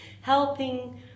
helping